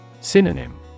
Synonym